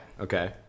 Okay